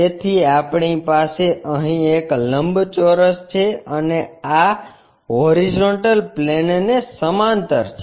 તેથી આપણી પાસે અહીં એક લંબચોરસ છે અને આ હોરીઝોન્ટલ પ્લેનને સમાંતર છે